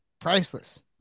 priceless